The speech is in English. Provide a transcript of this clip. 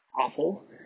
awful